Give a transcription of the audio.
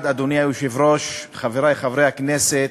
אדוני היושב-ראש, חברי חברי הכנסת,